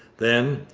then,